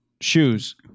shoes